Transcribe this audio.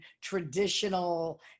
traditional